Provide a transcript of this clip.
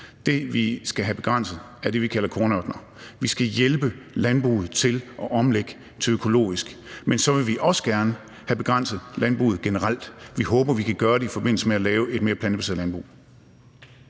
Det, vi skal have begrænset, er det, vi kalder kornørkener. Vi skal hjælpe landbruget til at omlægge til økologisk produktion, men vi vil også gerne have begrænset landbruget generelt. Vi håber, vi kan gøre det i forbindelse med at lave et mere plantebaseret landbrug.